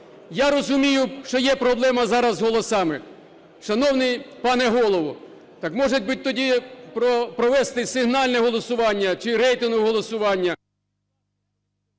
Я розумію, що є проблема зараз з голосами. Шановний пане Голово, так, може, тоді провести сигнальне голосування чи рейтингове голосування?